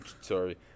Sorry